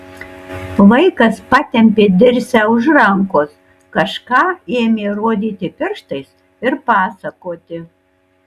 vaikas patempė dirsę už rankos kažką ėmė rodyti pirštais ir pasakoti